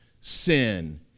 sin